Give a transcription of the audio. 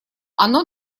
оно